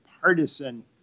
partisan